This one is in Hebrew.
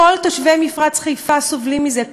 כל תושבי מפרץ חיפה סובלים מזה,